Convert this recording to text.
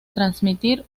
transmitir